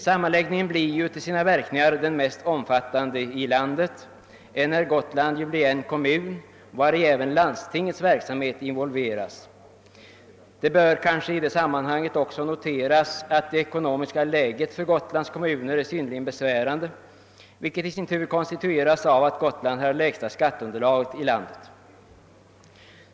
Denna blir ju till sina verkningar den mest omfattande i landet enär Gotland blir en kommun vari även landstingets verksamhet involveras. Det bör i detta sammanhang också noteras att det ekonomiska läget för Gotlands kommuner är synnerligen besvärande, vilket i sin tur konstitueras av att Gotland har det lägsta skatteunderlaget i landet.